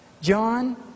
John